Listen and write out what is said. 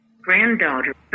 granddaughter